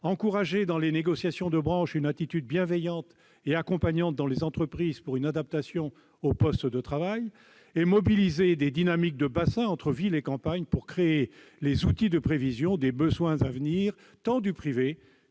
encourager dans les négociations de branche une attitude bienveillante et accompagnante dans les entreprises pour une adaptation au poste de travail ; enfin, mobiliser des dynamiques de bassin entre villes et campagnes pour créer les outils de prévision des besoins à venir, tant du privé